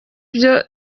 byo